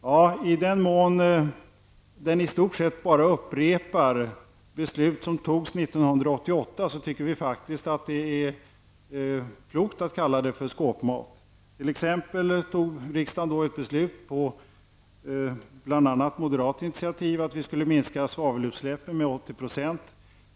Ja, i den mån regeringen i stort sett enbart upprepar beslut som fattades 1988 anser vi faktiskt att det är klokt att kalla det för skåpmat. Riksdagen fattade t.ex. ett beslut på bl.a. moderat initiativ om att minska svavelutsläppen med 80 %.